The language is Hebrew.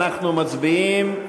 אנחנו מצביעים.